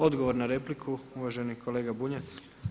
Odgovor na repliku uvaženi kolega Bunjac.